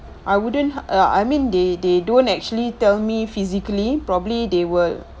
I wouldn't ah I mean they they don't actually tell me physically probably they will